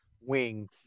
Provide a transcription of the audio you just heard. wing